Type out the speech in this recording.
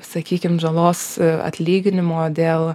sakykim žalos atlyginimo dėl